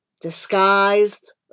disguised